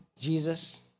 Jesus